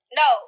no